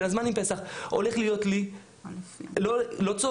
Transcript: בין הזמן עם פסח הולך להיות לי לא צוהריים,